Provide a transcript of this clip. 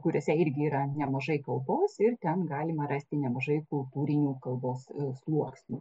kuriose irgi yra nemažai kalbos ir ten galima rasti nemažai kultūrinių kalbos sluoksnių